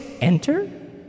Enter